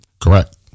Correct